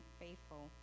faithful